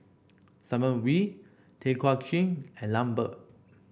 Simon Wee Tay Kay Chin and Lambert